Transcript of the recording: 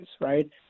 right